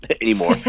anymore